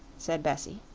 said bessie.